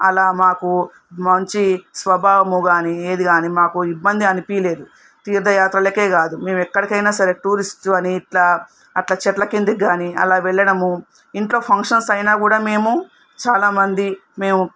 అలా మాకు మంచి స్వభావం గానీ ఏది కానీ మాకు ఇబ్బంది అనిపీలేదు తీర్థయాత్రలకే కాదు మేము ఎక్కడైనా సరే టూరిస్ట్స్ని ఇట్లా అట్లా చెట్ల కిందగ్గాని అలా వెళ్లడం ఇంట్లో ఫంక్షన్స్ అయినా కూడా మేము చాలా మంది మేము